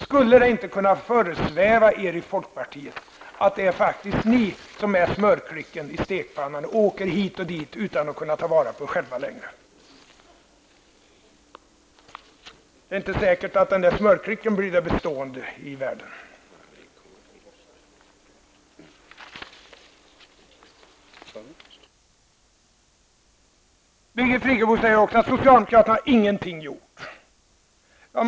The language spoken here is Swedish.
Skulle det inte kunna föresväva er i folkpartiet att det faktiskt är ni som är smörklicken i stekpannan och åker hit och dit utan att kunna ta vara på er själva? Det är inte säkert att den smörklicken blir det bestående. Birgit Friggebo säger också att socialdemokraterna inte har gjort någonting.